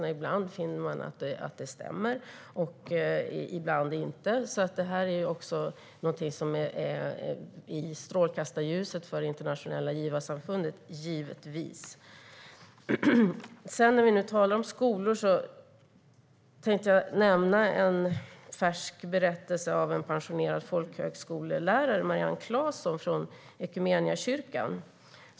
Ibland finner man att det stämmer och ibland inte. Det är alltså också någonting som givetvis är i strålkastarljuset för det internationella givarsamfundet. När vi nu talar om skolor tänkte jag nämna en färsk berättelse från en pensionerad folkhögskollärare, Marianne Claesson från Equmeniakyrkan.